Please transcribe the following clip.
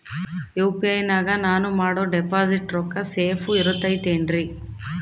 UPI ನಾಗ ನಾನು ಮಾಡೋ ಡಿಪಾಸಿಟ್ ರೊಕ್ಕ ಸೇಫ್ ಇರುತೈತೇನ್ರಿ?